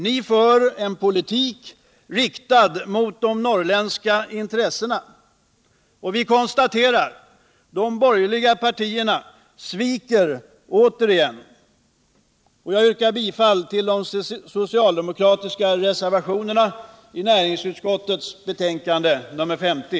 Ni för en politik riktad direkt mot de norrländska intressena. Vi konstaterar: De borgerliga partierna sviker återigen. Jag yrkar bifall till de socialdemokratiska reservationerna i näringsutskottets betänkande nr 50.